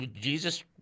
Jesus